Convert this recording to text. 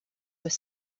were